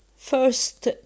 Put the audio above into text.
First